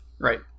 Right